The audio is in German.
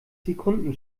sekunden